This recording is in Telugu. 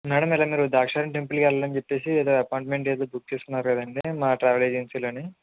మేడం మీరు ద్రాక్షారామం టెంపుల్కి వెళ్ళాలని చెప్పేసి ఏదో అపాయింట్మెంట్ ఏదో బుక్ చేసుకున్నారు కదండి మా ట్రావెల్ ఏజెన్సీలోని